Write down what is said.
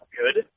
good